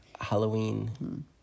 Halloween